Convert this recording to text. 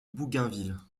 bougainville